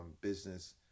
business